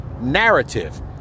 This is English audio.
narrative